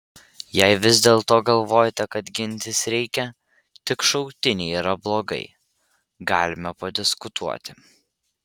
jei vis dėlto galvojate kad gintis reikia tik šauktiniai yra blogai galime padiskutuoti